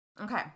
Okay